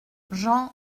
jean